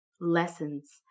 lessons